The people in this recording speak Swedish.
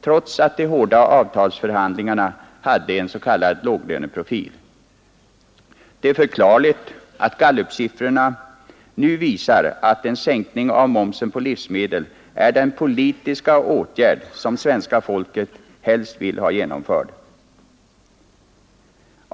trots att de hårda avtalsförhandlingarna hade en s.k. låglöneprofil. Det är förklarligt att gallupsiffrorna nu visar att en sänkning av momsen på livsmedel är den politiska åtgärd som svenska folket helst vill ha genomförd.